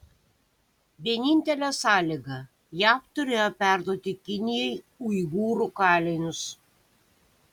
vienintelė sąlyga jav turėjo perduoti kinijai uigūrų kalinius